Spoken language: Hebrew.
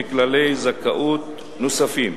וכללי זכאות נוספים.